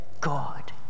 God